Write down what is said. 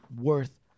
worth